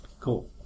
Cool